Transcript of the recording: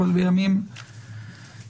אבל בימים אחרים.